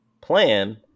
plan